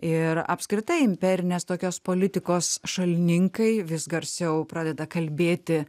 ir apskritai imperinės tokios politikos šalininkai vis garsiau pradeda kalbėti